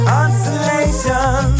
Consolation